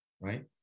right